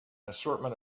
assortment